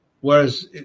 whereas